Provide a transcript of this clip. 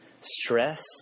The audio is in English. stress